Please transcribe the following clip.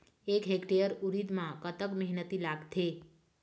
एक हेक्टेयर उरीद म कतक मेहनती लागथे?